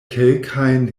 kelkajn